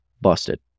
busted